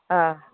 ആ